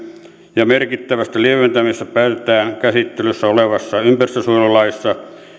ja merkittävästä lieventämisestä säädetään käsittelyssä olevassa ympäristönsuojelulaissa